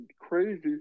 crazy